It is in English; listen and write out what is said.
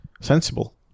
sensible